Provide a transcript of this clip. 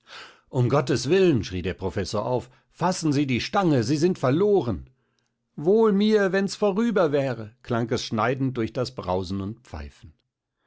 um gottes willen schrie der professor auf fassen sie die stange sie sind verloren wohl mir wenn's vorüber wäre klang es schneidend durch das brausen und pfeifen